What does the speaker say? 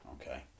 Okay